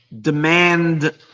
demand